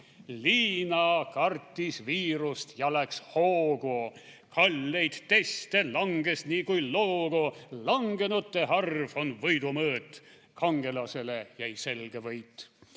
Liina kartis viirust ja läks hoogu, / kalleid teste langes nii kui loogu. / Langenute arv on võidu mõõt, / kangelasele jäi selge võit.